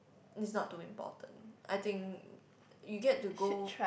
is not too important I think you get to go